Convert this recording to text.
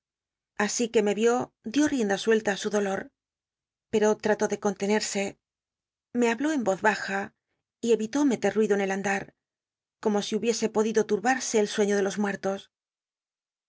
así que me vió dió ricnda suel ta li su dolor pero trató de coj ltenerse me habló en biblioteca nacional de españa da no c'opperffeld oz baja y eviló mel l'lliclo en el andar como si hubiese podido turbarse el sueiío de los muertos